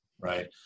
Right